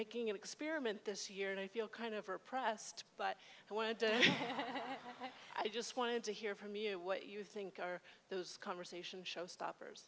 making an experiment this year and i feel kind of her oppressed but i wanted to i just wanted to hear from you what you think are those conversations showstoppers